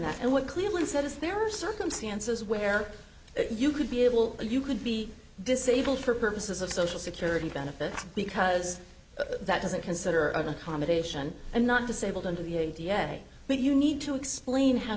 that and what clearly said is there are circumstances where you could be able you could be disabled for purposes of social security benefits because that doesn't consider an accommodation and not disabled under the d n a but you need to explain how